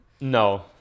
No